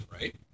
right